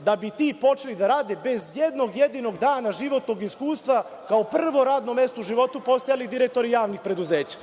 da bi ti počeli da rade, bez jednog jedinog dana životnog iskustva, kao prvo radno mesto u životu, pa postajali direktori javnih preduzeća.